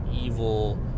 evil